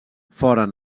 foren